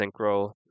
Synchro